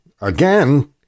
again